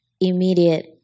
immediate